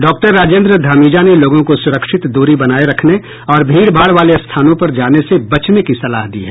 doctor Rajendra Dhamija ने लोगों को सुरक्षित दूरी बनाए रखने और भीड़ भाड़ वाले स्थानों पर जाने से बचने की सलाह दी है